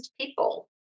people